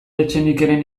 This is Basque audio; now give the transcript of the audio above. etxenikeren